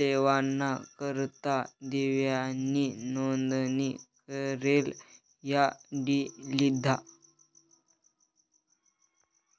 लेवाना करता दिव्यानी नोंदनी करेल आय.डी लिधा